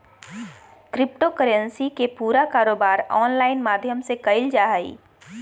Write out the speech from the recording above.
crypto currency के पूरा कारोबार ऑनलाइन माध्यम से क़इल जा हइ